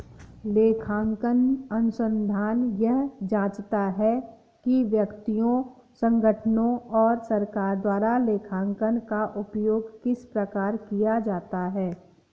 लेखांकन अनुसंधान यह जाँचता है कि व्यक्तियों संगठनों और सरकार द्वारा लेखांकन का उपयोग किस प्रकार किया जाता है